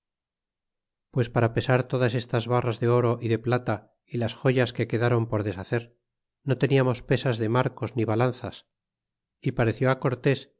pues para pesar todas estas barras de oro y de plata y las joyas que quedaron por deshacer no teniamos pesas de marcos ni balanzas y pareció cortés